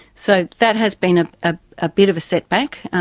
so that has been ah ah a bit of a setback,